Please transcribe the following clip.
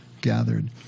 gathered